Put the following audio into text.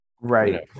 right